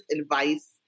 advice